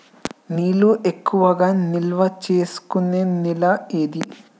నీళ్లు ఎక్కువగా నిల్వ చేసుకునే నేల ఏది?